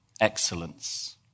excellence